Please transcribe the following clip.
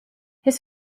his